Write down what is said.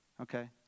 Okay